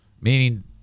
meaning